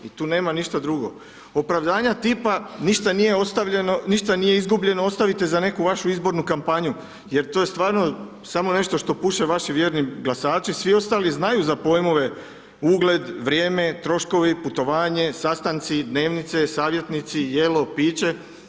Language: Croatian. I tu nema ništa drugo, opravdanja tipa ništa nije ostavljeno, ništa nije izgubljeno ostavite za neku vašu izbornu kampanju jer to je stvarno samo nešto što puše vjerni glasači, svi ostali znaju za pojmove ugled, vrijeme, troškovi, putovanje, sastanci, dnevnice, savjetnici, jelo, piće.